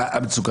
זו נגזרת.